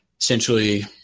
essentially